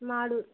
Madur